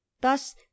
thus